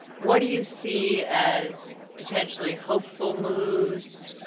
what do you see as potentially hopeful moves,